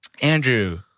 Andrew